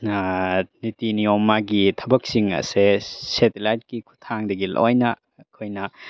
ꯅꯤꯇꯤ ꯅꯤꯌꯣꯝ ꯃꯥꯒꯤ ꯊꯕꯛꯁꯤꯡ ꯑꯁꯦ ꯁꯦꯇꯦꯂꯥꯏꯠꯀꯤ ꯈꯨꯠꯊꯥꯡꯗꯒꯤ ꯂꯣꯏꯅ ꯑꯩꯈꯣꯏꯅ